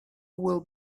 will